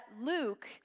Luke